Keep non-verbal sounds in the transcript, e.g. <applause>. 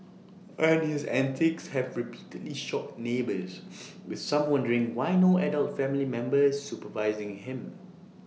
and his antics have repeatedly shocked neighbours <noise> with some wondering why no adult family member supervising him